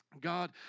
God